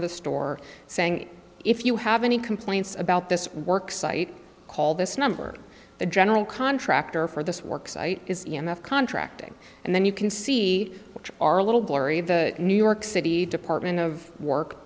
of the store saying if you have any complaints about this work site call this number the general contractor for this work site is e m f contracting and then you can see which are a little blurry of the new york city department of work